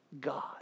God